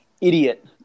idiot